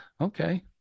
Okay